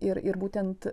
ir ir būtent